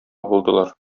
булдылар